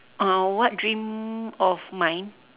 uh what dream of mine